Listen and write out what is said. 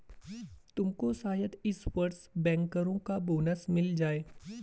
तुमको शायद इस वर्ष बैंकरों का बोनस मिल जाए